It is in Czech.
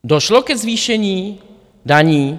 Došlo ke zvýšení daní?